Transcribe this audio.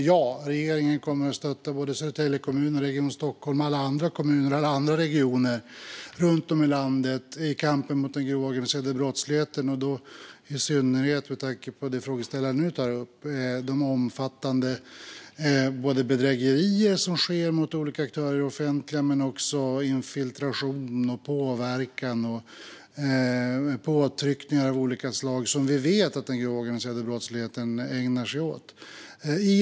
Ja, regeringen kommer att stötta både Södertälje kommun, Region Stockholm och alla andra kommuner och regioner runt om i landet i kampen mot den grova organiserade brottsligheten, i synnerhet med tanke på det som frågeställaren nu tog upp, alltså de omfattande bedrägerier som sker mot olika aktörer i det offentliga samt infiltration, påverkan och påtryckningar av olika slag, som vi vet att den grova organiserade brottsligheten ägnar sig åt.